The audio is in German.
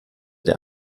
der